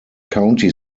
county